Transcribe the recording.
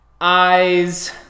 Eyes